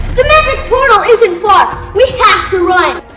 the magic portal isn't far. we have to run!